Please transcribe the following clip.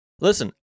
Listen